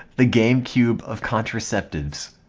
the gamecube of contraceptives